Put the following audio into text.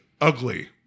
ugly